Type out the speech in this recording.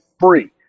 free